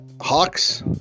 Hawks